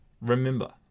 remember